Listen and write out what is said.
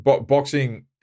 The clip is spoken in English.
boxing